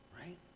Right